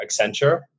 Accenture